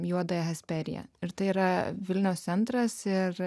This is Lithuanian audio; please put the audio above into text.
juodąja asperiją ir tai yra vilniaus centras ir